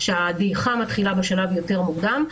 שהדעיכה מתחילה בשלב יותר מוקדם.